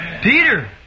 Peter